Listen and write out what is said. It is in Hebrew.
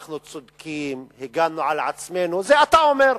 אנחנו צודקים, הגנו על עצמנו, זה אתה אומר,